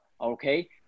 Okay